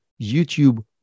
YouTube